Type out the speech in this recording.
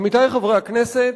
עמיתי חברי הכנסת,